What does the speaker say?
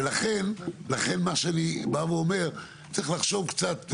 ולכן צריך לחשוב קצת,